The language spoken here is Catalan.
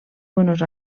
buenos